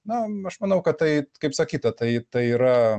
na aš manau kad tai kaip sakyta tai tai yra